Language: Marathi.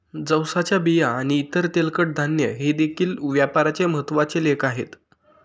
जवसाच्या बिया आणि इतर तेलकट धान्ये हे देखील व्यापाराचे महत्त्वाचे लेख आहेत